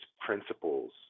principles